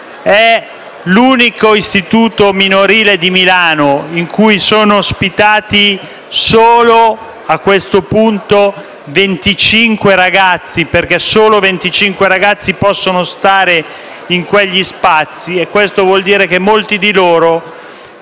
È l'unico istituto minorile di Milano in cui sono ospitati solo, a questo punto, 25 ragazzi, perché solo 25 ragazzi possono stare in quegli spazi. Questo vuol dire che molti di loro,